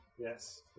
Yes